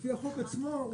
לפי החוק עצמו,